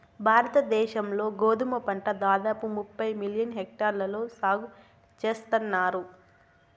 భారత దేశం లో గోధుమ పంట దాదాపు ముప్పై మిలియన్ హెక్టార్లలో సాగు చేస్తన్నారు